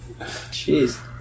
Jeez